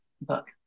book